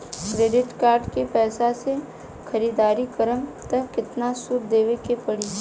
Credit card के पैसा से ख़रीदारी करम त केतना सूद देवे के पड़ी?